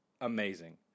amazing